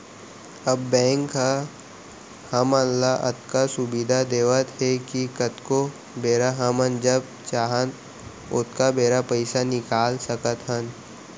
अब बेंक ह हमन ल अतका सुबिधा देवत हे कि कतको बेरा हमन जब चाहन ओतका बेरा पइसा निकाल सकत हन